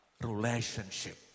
Relationship